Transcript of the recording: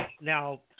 Now